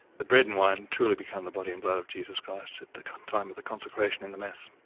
the bread and wine truly become the body and blood of jesus christ at the time of the consecration in the mass.